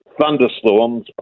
thunderstorms